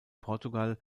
portugal